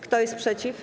Kto jest przeciw?